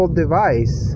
device